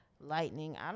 lightning